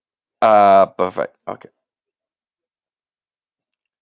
ah perfect okay